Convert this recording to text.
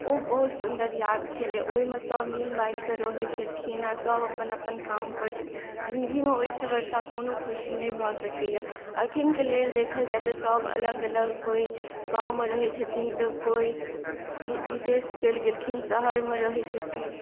ओ बहुत सुन्दर याद छलै ओहिमे सभ मिलबाँटि कऽ रहै छलखिन सभ अपन अपन काम करय जिन्दगीमे ओहिसँ बड़का खुशी नहि भऽ सकैए अखनके लेल देखल जाय तऽ सभ अलग अलग कोइ गाँवमे रहैत छथिन तऽ कोई विदेश चलि गेलखिन शहरमे रहैत छथिन